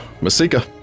Masika